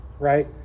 right